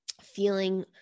feeling